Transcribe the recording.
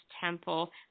temple